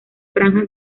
franjas